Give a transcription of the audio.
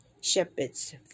shepherds